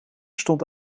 stond